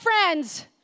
friends